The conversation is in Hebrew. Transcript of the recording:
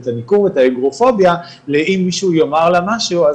ואת הניכור ואת האגרופוביה לאם מישהו יאמר לה משהו.